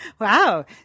Wow